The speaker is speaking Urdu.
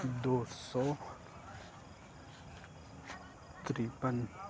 دو سو ترپن